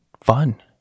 fun